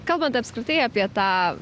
kalbant apskritai apie tą